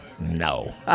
No